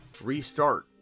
restart